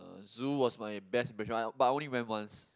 uh zoo was my best but I only went once